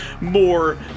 more